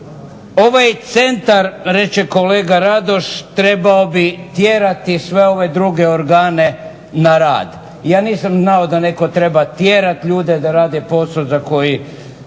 Ovaj centar, reče kolega Radoš, trebao bi tjerati sve ove druge organe na rad. Ja nisam znao da netko treba tjerat ljude da rade posao za koji